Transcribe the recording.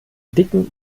dicken